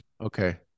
Okay